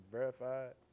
verified